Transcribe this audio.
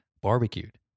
barbecued